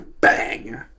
Bang